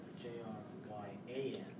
J-R-Y-A-N